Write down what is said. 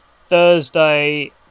Thursday